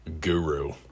guru